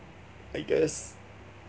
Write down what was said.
I guess